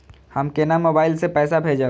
हम केना मोबाइल से पैसा भेजब?